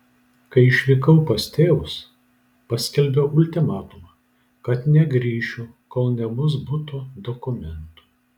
kai išvykau pas tėvus paskelbiau ultimatumą kad negrįšiu kol nebus buto dokumentų